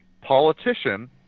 politician